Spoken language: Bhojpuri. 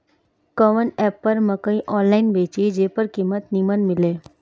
कवन एप पर मकई आनलाइन बेची जे पर कीमत नीमन मिले?